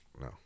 no